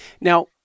Now